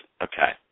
okay